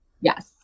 Yes